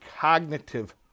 cognitive